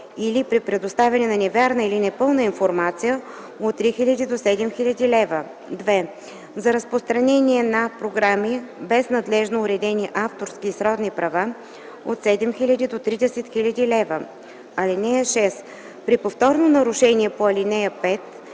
или при предоставяне на невярна или непълна информация – от 3000 до 7000 лв.; 2. за разпространение на програми без надлежно уредени авторски и сродни права – от 7000 до 30 000 лв. (6) При повторно нарушение по ал. 5